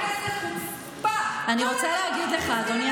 אני מאמין.